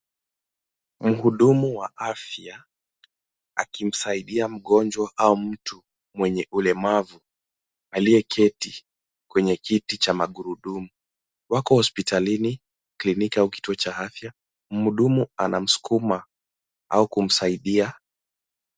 Mhudumu wa afya akimsaidia mgonjwa au mtu mwenye ulemavu, aliyeketi kwenye kiti cha magurudumu. Wako hospitalini, kliniki au kituo cha afya. Mhudumu anamsukuma au kumsaidia.